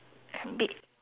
bit